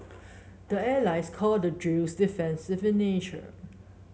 the allies call the drills defensive in nature